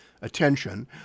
attention